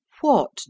What